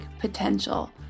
potential